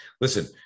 listen